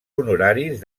honoraris